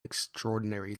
extraordinary